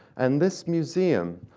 and this museum,